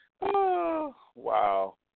Wow